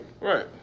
Right